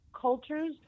cultures